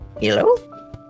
Hello